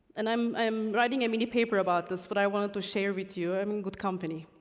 and i'm, i am writing a mini-paper about this, but i wanted to share with you. i'm in good company.